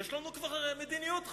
הרי יש לנו כבר מדיניות חוץ.